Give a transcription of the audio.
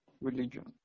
religion